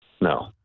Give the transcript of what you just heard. No